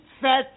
fat